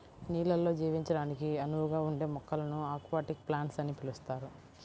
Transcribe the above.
నీళ్ళల్లో జీవించడానికి అనువుగా ఉండే మొక్కలను అక్వాటిక్ ప్లాంట్స్ అని పిలుస్తారు